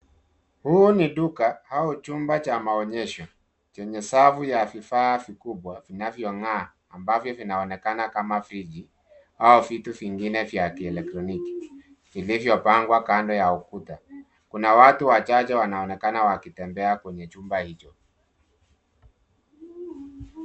Huu ni duka au chumba cha maonyesho, chenye safu ya vifaa vikubwa vinavyong'aa ambavyo vinaonekana kama friji au vitu vingine vya kielektroniki vilivopangwa kando ya ukuta. Kuna watu wachache wanaonekana wakitembea kwenye chumba hicho.